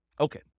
Okay